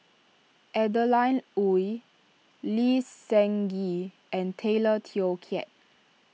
Adeline Ooi Lee Seng Gee and Tay Teow Kiat